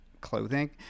clothing